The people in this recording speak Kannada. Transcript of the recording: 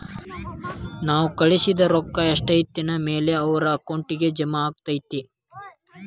ನಾವು ಕಳಿಸಿದ್ ರೊಕ್ಕ ಎಷ್ಟೋತ್ತಿನ ಮ್ಯಾಲೆ ಅವರ ಅಕೌಂಟಗ್ ಜಮಾ ಆಕ್ಕೈತ್ರಿ?